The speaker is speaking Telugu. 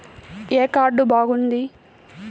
ఏ కార్డు బాగుంది?